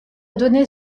donné